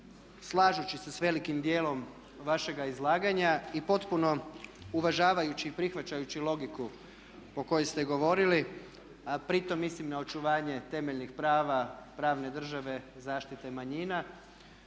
slažući se s velikim djelom vašega izlaganja i potpuno uvažavajući i prihvaćajući logiku o kojoj ste govorili a pritom mislim na očuvanje temeljnih prava, pravne države, zaštite manjina